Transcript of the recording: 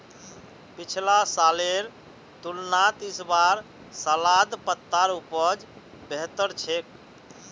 पिछला सालेर तुलनात इस बार सलाद पत्तार उपज बेहतर छेक